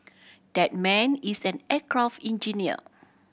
that man is an aircraft engineer